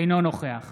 אינו נוכח